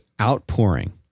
outpouring